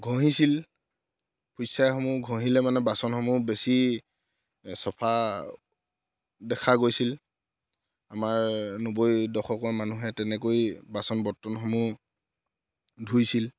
ঘঁহিছিল ফুট ছাইসমূহ ঘঁহিলে মানে বাচনসমূহ বেছি চাফা দেখা গৈছিল আমাৰ নব্বৈ দশকৰ মানুহে তেনেকৈ বাচন বৰ্তনসমূহ ধুইছিল